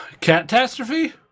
catastrophe